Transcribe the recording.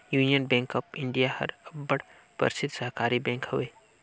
union bank of India हर अब्बड़ परसिद्ध सहकारी बेंक हवे